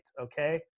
Okay